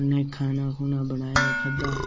खाना खुना बनाया ते खाद्धा